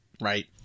Right